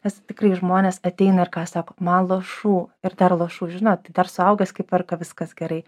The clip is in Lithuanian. nes tikrai žmonės ateina ir ką sako man lašų ir dar lašų žinot dar suaugęs kai perka viskas gerai